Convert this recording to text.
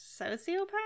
Sociopath